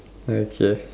okay